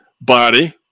body